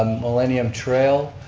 um millennium trail,